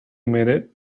minute